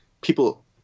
people